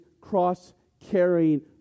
cross-carrying